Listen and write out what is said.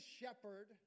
shepherd